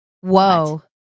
Whoa